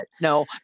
No